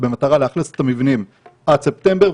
במטרה לאכלס את המבנים עד ספטמבר,